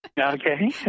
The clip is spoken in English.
Okay